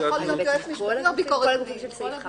זה כל הגופים בסעיף 5?